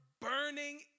burning